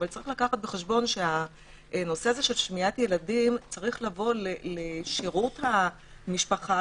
אבל יש לקחת בחשבון שהנושא הזה צריך לבוא לשירות המשפחה